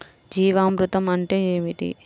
జీవామృతం అంటే ఏమిటి?